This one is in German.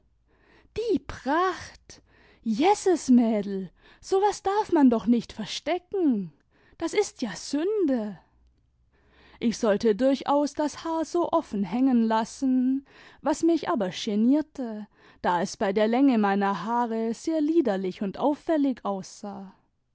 die pracht i jesses mdel so was darf man doch nicht verstecken das ist ja sünde ich sollte durchaus das haar so offen hängen lassen was mich aber genierte da es bei der länge meiner haare sehr liederlich und auffällig aussah